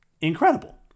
incredible